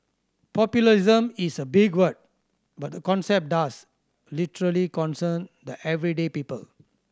populism is a big word but the concept does literally concern the everyday people